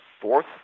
fourth